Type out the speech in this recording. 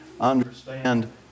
understand